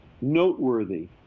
Noteworthy